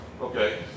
okay